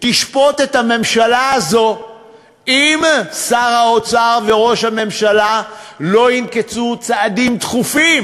תשפוט את הממשלה הזאת אם שר האוצר וראש הממשלה לא ינקטו צעדים דחופים,